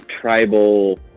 Tribal